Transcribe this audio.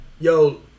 Yo